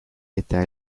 eta